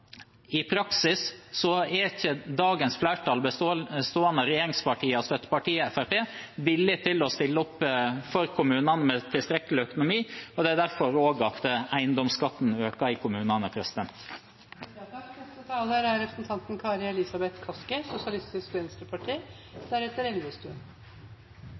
i praksis, så er ikke dagens flertall, bestående av regjeringspartiene og støttepartiet Fremskrittspartiet, villig til å stille opp for kommunene, slik at de har tilstrekkelig økonomi. Det er også derfor eiendomsskatten øker i kommunene.